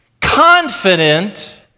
confident